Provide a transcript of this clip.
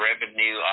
revenue